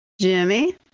Jimmy